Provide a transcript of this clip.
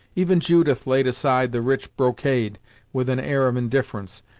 even judith laid aside the rich brocade with an air of indifference,